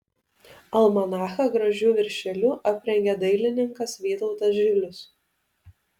almanachą gražiu viršeliu aprengė dailininkas vytautas žilius